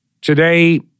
Today